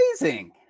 amazing